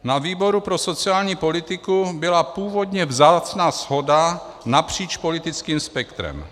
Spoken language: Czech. Na výboru pro sociální politiku byla původně vzácná shoda napříč politickým spektrem.